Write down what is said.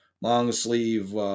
long-sleeve